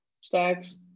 stacks